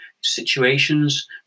situations